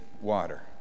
water